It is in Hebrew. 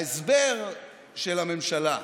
ההסבר של הממשלה,